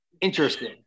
interesting